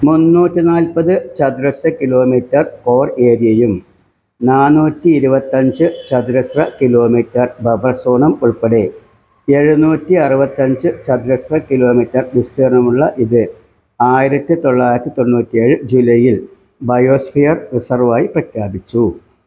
മുന്നൂറ്റി നാൽപത് ചതുരശ്ര കിലോമീറ്റർ കോർ ഏരിയയും നാനൂറ്റി ഇരുപത്തിയഞ്ച് ചതുരശ്ര കിലോമീറ്റർ ബഫർ സോണും ഉൾപ്പെടെ എഴുനൂറ്റി അറുപത്തഞ്ച് ചതുരശ്ര കിലോമീറ്റർ വിസ്തീർണ്ണമുള്ള ഇത് ആയിരത്തി തൊള്ളായിരത്തി തൊണ്ണൂറ്റി ഏഴ് ജൂലൈയിൽ ബയോസ്ഫിയർ റിസർവ് ആയി പ്രഖ്യാപിച്ചു